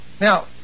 Now